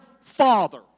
father